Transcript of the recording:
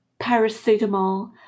paracetamol